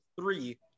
three